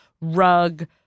Rug